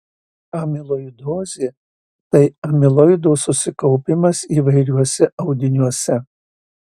amiloidozė tai amiloido susikaupimas įvairiuose audiniuose